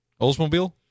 Oldsmobile